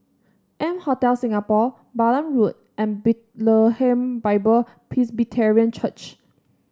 M Hotel Singapore Balam Road and Bethlehem Bible Presbyterian Church